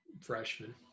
freshman